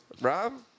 Rob